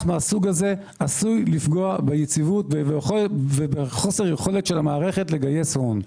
מסוג זה עשוי לפגוע ביציבות ובחוסר יכולת של המערכת לגייס הון.